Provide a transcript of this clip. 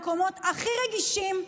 במקומות הכי רגישים,